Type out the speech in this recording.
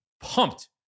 pumped